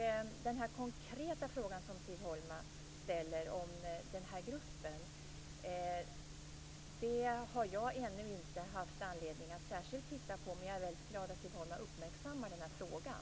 Den konkreta fråga som Siv Holma ställer om den här gruppen har jag ännu inte haft anledning att titta särskilt på. Men jag är väldigt glad att Siv Holma uppmärksammar frågan.